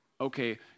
Okay